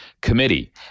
committee